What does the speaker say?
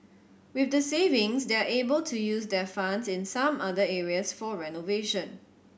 with the savings they're able to use their funds in some other areas for renovation